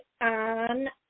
on